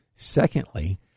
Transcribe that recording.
Secondly